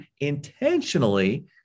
intentionally